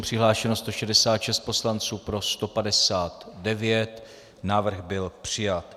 Přihlášeno 166 poslanců, pro 159, návrh byl přijat.